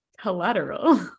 collateral